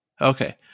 Okay